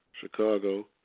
Chicago